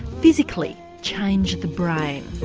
physically change the brain?